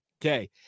Okay